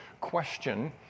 question